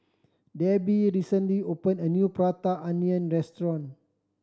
Debi recently opened a new Prata Onion restaurant